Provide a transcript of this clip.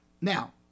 Now